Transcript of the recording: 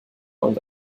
und